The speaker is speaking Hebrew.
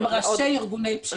הם ראשי ארגוני פשיעה.